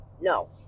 No